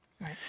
right